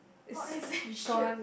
oh what is this shit